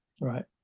Right